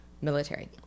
military